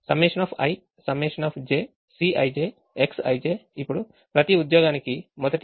ΣiΣj Cij Xij ఇప్పుడు ప్రతి ఉద్యోగానికి మొదటి constraint